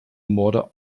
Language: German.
morde